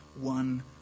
one